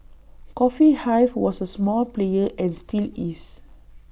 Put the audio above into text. coffee hive was A small player and still is